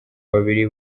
babiri